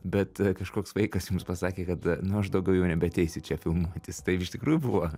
bet kažkoks vaikas jums pasakė kad nu aš daugiau jau nebeateisiu čia filmuotis taip iš tikrųjų buvo